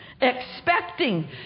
expecting